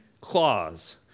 clause